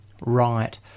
Right